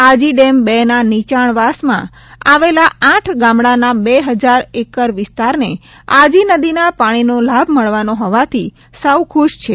Aji dam બે ના નીચાણવાસમાં આવેલા આઠ ગામડાંના બે હજાર એકર વિસ્તારને આજી નદીના પાણીનો લાભ મળવાનો હોવાથી સૌ ખુશ છે